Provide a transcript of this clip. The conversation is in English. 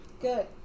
Good